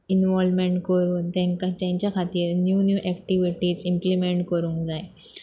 involvement करून तांकां तेंच्या खातीर न्यू न्यू एक्टिविटीज इम्प्लिमेंट करूंक जाय